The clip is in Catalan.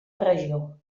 regió